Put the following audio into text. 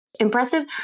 Impressive